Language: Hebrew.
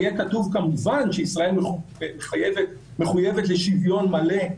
יהיה כתוב שישראל מחויבת לשוויון מלא,